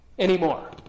Anymore